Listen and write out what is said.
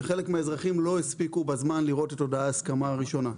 שחלק מהאזרחים לא הספיקו לראות בזמן את הודעת ההסכמה הראשונה.